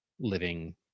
living